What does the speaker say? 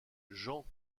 jean